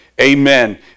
amen